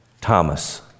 Thomas